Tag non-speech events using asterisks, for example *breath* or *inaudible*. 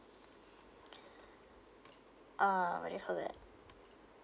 *breath* uh what we called that